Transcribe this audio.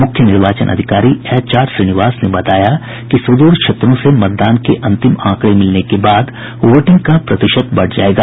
मुख्य निर्वाचन अधिकारी एच आर श्रीनिवास ने बताया कि सुदूर क्षेत्रों से मतदान के अंतिम आकड़ें मिलने के बाद वोटिंग का प्रतिशत बढ़ जायेगा